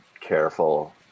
careful